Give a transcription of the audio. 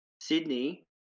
Sydney